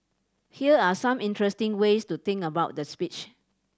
here are some interesting ways to think about the speech